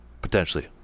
Potentially